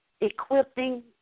equipping